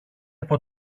από